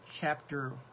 chapter